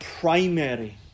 primary